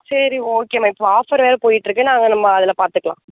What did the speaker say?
சரி okay ma'am இப்போ offer வேறு போய்ட்ருக்கு நம்ம அதில் பார்த்துக்கலாம்